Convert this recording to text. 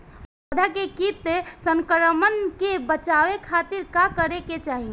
पौधा के कीट संक्रमण से बचावे खातिर का करे के चाहीं?